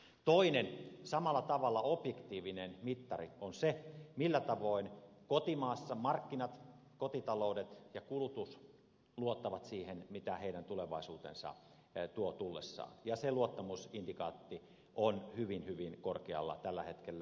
toinen samalla tavalla objektiivinen mittari on se millä tavoin kotimaassa markkinat kotitaloudet ja kulutus luottavat siihen mitä tulevaisuus tuo tullessaan ja se luottamusindikaatti on hyvin hyvin korkealla tällä hetkellä